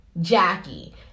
Jackie